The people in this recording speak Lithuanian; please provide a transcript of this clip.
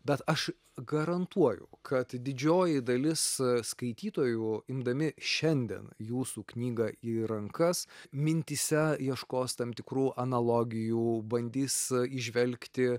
bet aš garantuoju kad didžioji dalis skaitytojų imdami šiandien jūsų knygą į rankas mintyse ieškos tam tikrų analogijų bandys įžvelgti